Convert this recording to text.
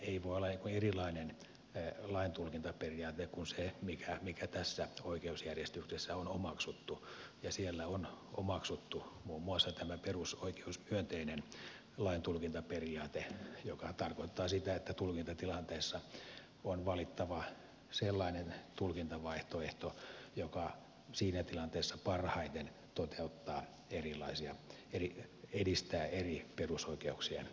ei oikeusasiamiehellä voi olla erilainen lain tulkintaperiaate kuin se mikä tässä oikeusjärjestyksessä on omaksuttu ja siellä on omaksuttu muun muassa tämä perusoikeusmyönteinen lain tulkintaperiaate joka tarkoittaa sitä että tulkintatilanteessa on valittava sellainen tulkintavaihtoehto joka siinä tilanteessa parhaiten edistää eri perusoikeuksien toteutumista